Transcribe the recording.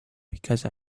because